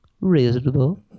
Reasonable